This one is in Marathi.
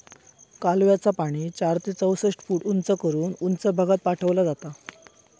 कालव्याचा पाणी चार ते चौसष्ट फूट उंच करून उंच भागात पाठवला जाता